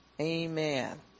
Amen